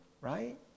right